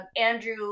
Andrew